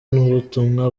n’ubutumwa